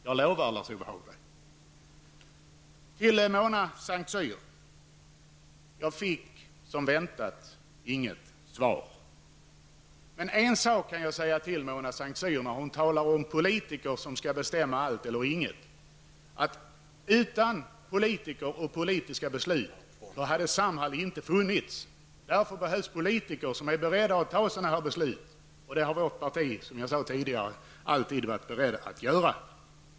Det lovar jag, Lars-Ove Till Mona Saint Cyr: Jag fick som väntat inget svar. Men en sak kan jag säga till Mona Saint Cyr när hon talar om politiker som skall bestämma allting eller ingenting. Utan politiker och politiska beslut hade Samhall inte funnits. Därför behövs politiker som är beredda att fatta sådana beslut, och det har vi i vårt parti, som jag sade, alltid varit beredda att göra.